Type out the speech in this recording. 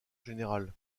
général